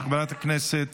של חברת הכנסת